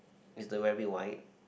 is the rabbit white